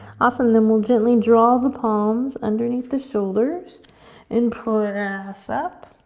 awesome, then we'll gently draw the palms underneath the shoulders and press up.